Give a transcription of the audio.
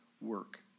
work